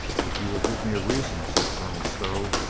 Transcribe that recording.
if you will give me a reason, said colonel stow,